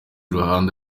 ruhande